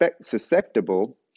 susceptible